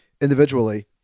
individually